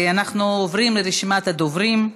אנחנו עוברים לרשימת הדוברים.